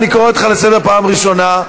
אני קורא אותך לסדר פעם ראשונה.